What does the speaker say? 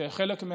שחלק,